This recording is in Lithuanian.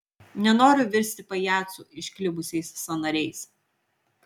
nenoriu virsti pajacu išklibusiais sąnariais